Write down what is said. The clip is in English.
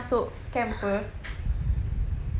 so he's going to bring the snail to the camp